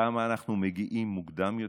כמה אנחנו מגיעים מוקדם יותר,